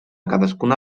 cadascuna